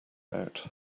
out